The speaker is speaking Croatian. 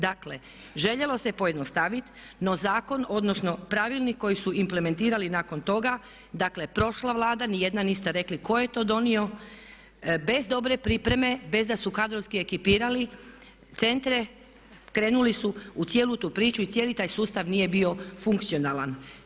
Dakle, željelo se pojednostaviti, no zakon, odnosno pravilnik koji su implementirali nakon toga, dakle prošla Vlada, ni jedna niste rekli tko je to donio bez dobre pripreme, bez da su kadrovski ekipirali centre krenuli su u cijelu tu priču i cijeli taj sustav nije bio funkcionalan.